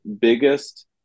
biggest